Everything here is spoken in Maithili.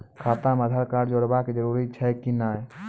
खाता म आधार कार्ड जोड़वा के जरूरी छै कि नैय?